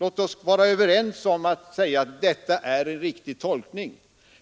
Låt oss vara överens om att det är en riktig tolkning.